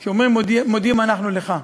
כשאומרים: "מודים אנחנו לך".